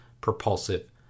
propulsive